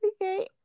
Okay